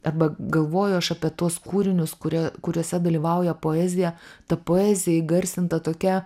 arba galvoju aš apie tuos kūrinius kurie kuriuose dalyvauja poezija ta poezija įgarsinta tokia